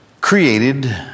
created